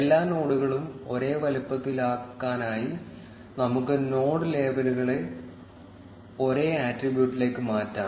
എല്ലാ നോഡുകളും ഒരേ വലുപ്പത്തിലാക്കാനായി നമുക്ക് നോഡ് ലേബലുകളെ ഒരേ ആട്രിബൂട്ടിലേക്ക് മാറ്റാം